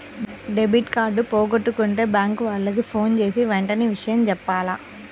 debit card పోగొట్టుకుంటే bank వాళ్లకి ఫోన్జేసి వెంటనే విషయం జెప్పాల